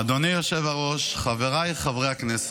אדוני היושב-ראש, חבריי חברי הכנסת,